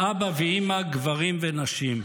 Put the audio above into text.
אבא ואימא, גברים ונשים.